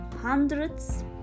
hundreds